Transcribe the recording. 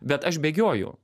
bet aš bėgioju